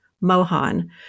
Mohan